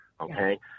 Okay